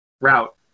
route